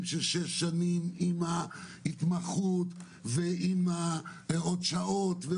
של שש שנים עם ההתמחות ועם השעות הנוספות,